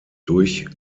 durch